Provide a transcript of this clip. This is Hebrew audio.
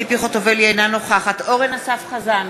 אינה נוכחת אורן אסף חזן,